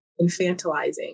infantilizing